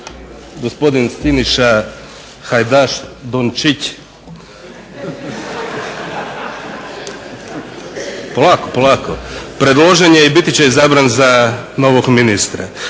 Gospodin Siniša Hajdaš Dončić predložen je i biti će izabran za novog ministra